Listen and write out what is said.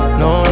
no